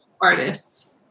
artists